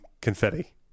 confetti